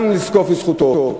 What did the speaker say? גם לזקוף לזכותו,